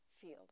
field